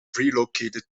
relocated